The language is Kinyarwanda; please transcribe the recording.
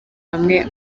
hamwe